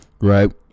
right